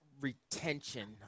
retention